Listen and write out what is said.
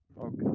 Okay